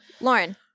Lauren